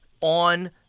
on